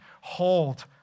hold